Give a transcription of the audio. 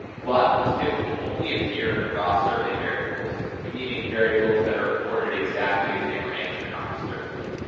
logical skips will only appear in the raw survey variables meaning variables that are recorded exactly as they were answered on the survey.